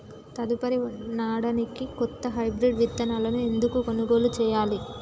తదుపరి నాడనికి కొత్త హైబ్రిడ్ విత్తనాలను ఎందుకు కొనుగోలు చెయ్యాలి?